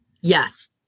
Yes